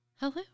Hello